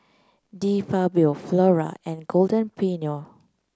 De Fabio Flora and Golden Peony